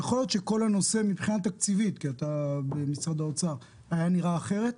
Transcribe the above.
יכול להיות שכל הנושא מבחינה תקציבית היה נראה אחרת?